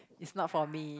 it's not for me